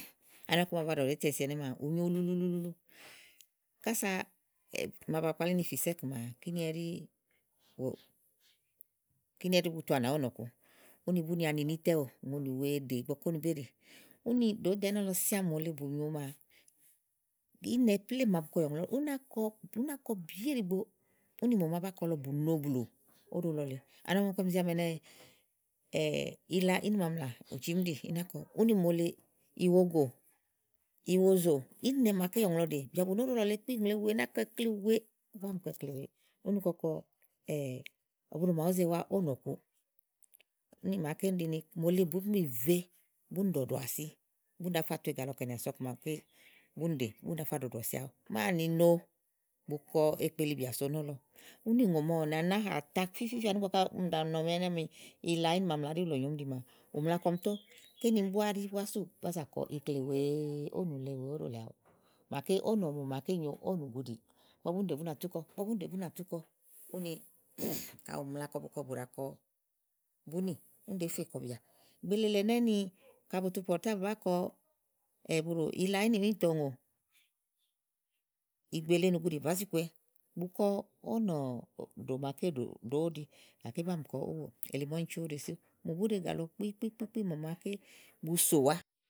Ani ɔklu n ba ɖɖoʊ ítɛ si ɛnɛ́ maa ù nyo ulu uluu lu lu. Kása màa bàa kpalí nì fùìsɛ́ɛ̀ maa kínì ɛɖí kíni ɛɖí bu tu wanìà ówò nɔ̀ku úni bú ni wa nini ítɛ ówò. ùŋonì wèe èɖè ígbɔ ké úni bé ɖè úni ɖòó ɖo ɛnɛ́lɔsí à àámi mòole bù nyo maa, íìnnɛ plémú màa bukɔùŋò lɔ, ú ná kɔ ú ná kɔ bìyèè ɖìigbo úni mò màa bá kɔ lɔ bù no blù óɖo lɔ lèe. ani ɔmi ígbɔké ɔmi zi ámi ɛnɛ́ee ìla ínìmaamlà, ù eimi íɖì íná kɔ úni mòole, ìwogò, ìwozò íìnnɛ màaké yɔŋlɔ̀ɔ ɖè bìà bù no óɖo lɔ lèe kpí ùŋle wèe ná kɔ ikle wèe, ú ná kɔ ikle wèe úni kɔkɔ ɛ̀ buɖò màaɖu ùúze wa óò nɔ̀kuù. úni màaké úni ɖi ni mòole bùú mi vèe búni ɖɔ̀ɖɔ̀àsì búni ɖàá fa ɖɔ̀ɖɔ̀à si aɖu máàni no bu kɔ ekpelibìà so nɔ́lɔ úni ùgò màa ɔ̀nami ná hà ta fífífí ani ígbɔ á ɔmi ɖàa nɔ ɛnɛ́ áàmi ɛnɛ́ ni ìla ìmaamlà ɛɖí lɔúá súù bá zà kɔ ikle wèe ówò nùle wèe óɖò lèe aɖuù gàké ówò nɔ̀lɛ mò màa bu nyo ówò nùguɖì ígbɔ búni ɖè bú nà tu, kɔ ígbɔ búni ɖè bú nà tú kɔ.úni kayi ùmla kɔbukɔ bu ɖàa kɔ búni úni ɖèé fe kɔ̀ɔbìà gbèe le lèe ɛnʊ úni kayi bù tu pɔrtáàblɛ̀ búá kɔ ila ínìwúíìntɔ òùŋò, ìgbè le nùguɖì bàá zi kɔ̀ɔwɛ, bùkɔ ówò nòɖò màaké ɖòówo óɖi sú. mò bùú ɖe ègà lɔ kpí kpí kpí kpí mò ma ké bu sòwa.